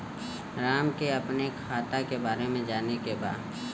राम के अपने खाता के बारे मे जाने के बा?